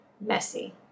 messy